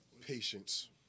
patience